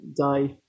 die